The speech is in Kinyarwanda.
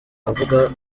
avuga